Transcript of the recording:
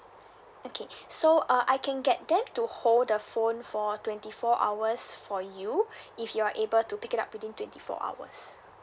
okay so uh I can get them to hold the phone for twenty four hours for you if you're able to pick it up within twenty four hours